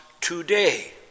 Today